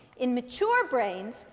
in mature brains,